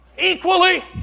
Equally